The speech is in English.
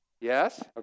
Yes